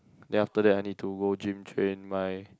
then after that I need to go gym train my